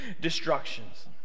destructions